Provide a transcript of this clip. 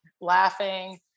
laughing